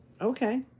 Okay